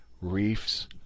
reefs